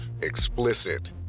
explicit